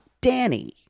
Danny